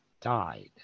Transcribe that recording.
died